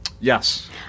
Yes